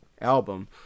album